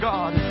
God